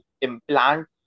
implant